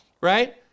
right